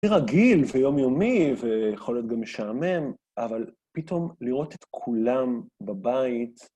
זה רגיל ויומיומי, ויכול להיות גם משעמם, אבל פתאום לראות את כולם בבית...